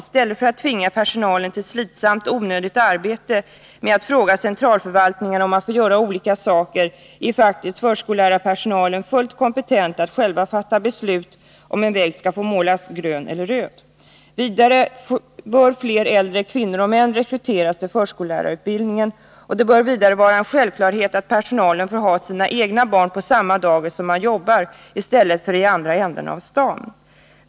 I stället för att tvingas syssla med slitsamt och onödigt arbete med att fråga centralförvaltningarna om att få göra olika saker är faktiskt förskollärarpersonalen fullt kompetent att själv fatta beslut om huruvida en vägg skall få målas grön eller röd. 13 att minska personalomsättningen inom barnomsorgen Vidare bör fler äldre kvinnor och män rekryteras till förskollärarutbildningen. Det bör vidare vara en självklarhet att personalen får ha sina egna barn på samma dagis som man jobbar på.